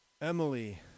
Emily